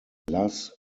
las